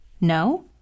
No